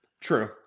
true